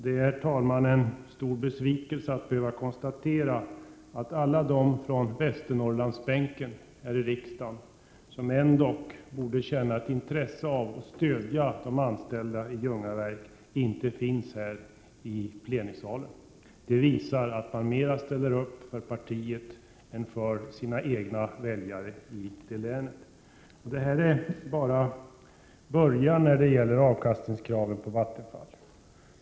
Det är en stor besvikelse, herr talman, att behöva konstatera att alla de ledamöter på Västernorrlandsbänken, som ändock borde känna ett intresse av att stödja de anställda i Ljungaverk inte nu finns i plenisalen. Detta visar att man mera ställer upp för partiet än för sina egna väljare i länet. Detta förslag om höjning av Vattenfalls avkastningskrav är bara början.